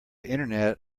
internet